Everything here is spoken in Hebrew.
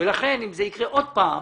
ואם זה יקרה שוב,